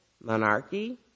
monarchy